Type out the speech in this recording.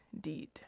deed